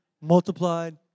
Multiplied